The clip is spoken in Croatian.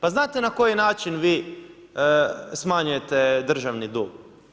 Pa znate na koji način vi smanjujete državni dug?